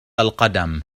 القدم